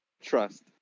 trust